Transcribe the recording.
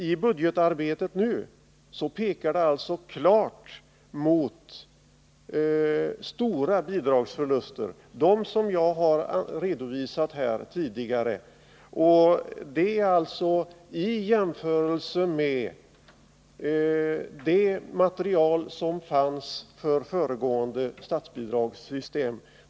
I budgetarbetet nu pekar det ändå klart mot stora bidragsförluster, som jag har redovisat här tidigare, i jämförelse med det material som fanns för föregående statsbidragssystem.